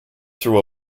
through